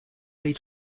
way